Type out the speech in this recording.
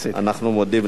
אנחנו מודים לך.